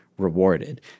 rewarded